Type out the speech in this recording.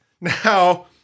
Now